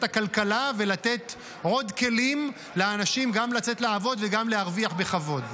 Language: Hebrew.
הכלכלה ולתת עוד כלים לאנשים גם לצאת לעבוד וגם להרוויח בכבוד.